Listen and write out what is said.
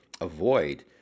avoid